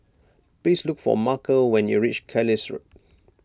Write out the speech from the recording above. please look for Markel when you reach Carlisle Road